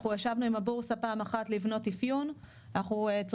אנחנו ישבנו עם הבורסה פעם אחת לבנות אפיון,